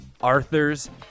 Arthur's